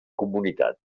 comunitat